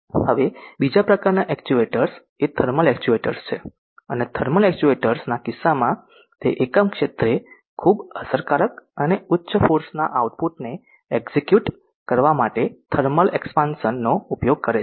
હવે બીજા પ્રકારનાં એક્ચ્યુએટર્સ એ થર્મલ એક્ચ્યુએટર્સ છે અને થર્મલ એક્ચ્યુએટર્સ ના કિસ્સામાં તે એકમ ક્ષેત્રે ખૂબ અસરકારક અને ઉચ્ચ ફોર્સ ના આઉટપુટને એક્ઝ્યુએટ કરવા માટે થર્મલ એકક્ષ્પાનશન નો ઉપયોગ કરે છે